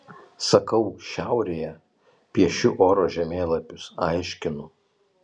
sakau šiaurėje piešiu oro žemėlapius aiškinu